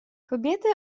kobiety